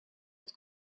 het